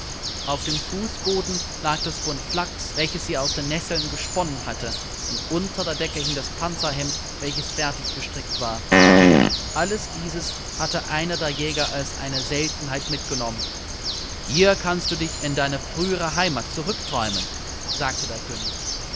auf dem fußboden lag das bund flachs welches sie aus den nesseln gesponnen hatte und unter der decke hing das panzerhemd welches fertig gestrickt war alles dieses hatte einer der jäger als eine seltenheit mitgenommen hier kannst du dich in deine frühere heimat zurückträumen sagte der könig